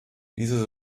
diese